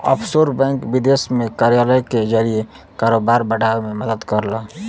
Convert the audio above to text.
offshore bank विदेश में कार्यालय के जरिए कारोबार बढ़ावे में मदद करला